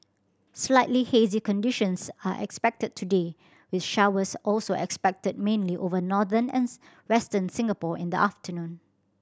slightly hazy conditions are expected today with showers also expected mainly over northern and Western Singapore in the afternoon